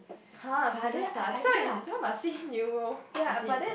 !huh! serious lah this one this one must see neuro isit